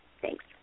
Thanks